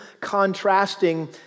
contrasting